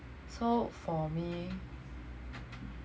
so for me